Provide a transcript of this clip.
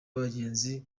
abagenzi